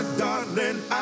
darling